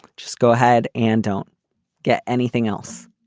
just go ahead and don't get anything else